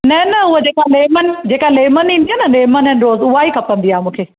न न उहा जेका लेमन जेका लेमन ईंदी आहे न लेमन ऐंड रोज़ उहा ई खपंदी आहे मूंखे